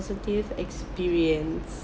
positive experience